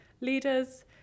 leaders